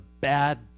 bad